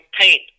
paint